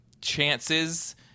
chances